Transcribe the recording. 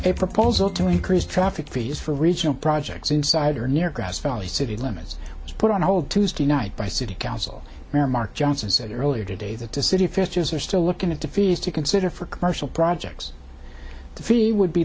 a proposal to increase traffic fees for regional projects inside or near grass valley city limits was put on hold tuesday night by city council mark johnson said earlier today that to city officials are still looking at the fees to consider for commercial projects the fee would be